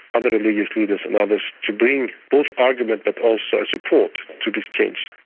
other religious leaders and others, to bring both argument but also support to this change.